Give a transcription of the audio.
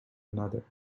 another